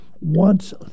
wants